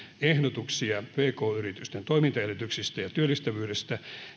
ehdotuksia pk yritysten toimintaedellytyksistä ja työllistävyydestä